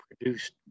produced